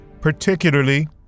particularly